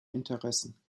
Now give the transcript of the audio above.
interessen